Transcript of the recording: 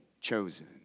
chosen